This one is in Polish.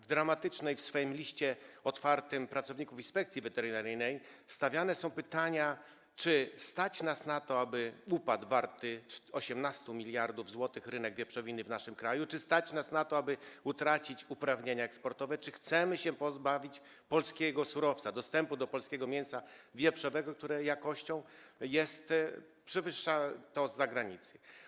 W dramatycznym liście otwartym pracowników Inspekcji Weterynaryjnej stawiane są pytania, czy stać nas na to, aby upadł warty 18 mld zł rynek wieprzowiny w naszym kraju, czy stać nas na to, aby utracić uprawnienia eksportowe, czy chcemy się pozbawić polskiego surowca, dostępu do polskiego mięsa wieprzowego, które jakością przewyższa to z zagranicy.